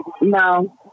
No